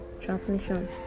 transmission